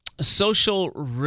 social